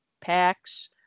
packs